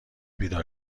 بیدار